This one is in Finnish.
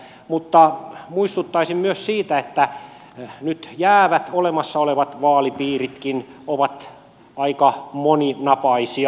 mutta muistuttaisin myös siitä että nyt jäävät olemassa olevat vaalipiiritkin ovat aika moninapaisia